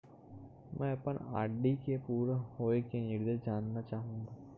मैं अपन आर.डी के पूरा होये के निर्देश जानना चाहहु